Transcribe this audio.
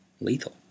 lethal